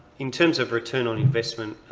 in terms of return on investment,